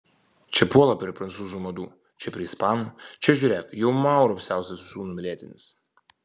čia puola prie prancūzų madų čia prie ispanų čia žiūrėk jau maurų apsiaustas visų numylėtinis